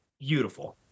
Beautiful